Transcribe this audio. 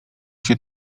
się